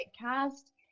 cast